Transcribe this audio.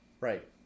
Right